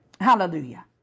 Hallelujah